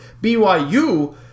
BYU